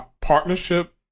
partnership